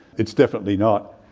it's definitely not.